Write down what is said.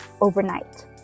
overnight